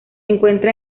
encuentra